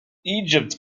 egypt